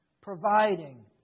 providing